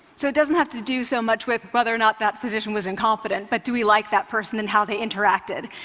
so it doesn't have to do so much with whether or not that physician was incompetent, but do we like that person and how they interacted?